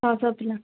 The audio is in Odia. ଛଅଶହ ପିଲା